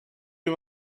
you